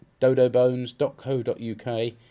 dodobones.co.uk